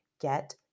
get